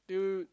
dude